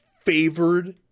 favored